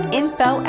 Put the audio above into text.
info